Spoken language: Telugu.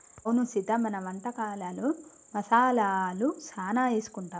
అవును సీత మన వంటకాలలో మసాలాలు సానా ఏసుకుంటాం